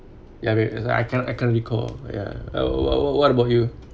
ya cause I I can't I can't recall ya uh what what what about you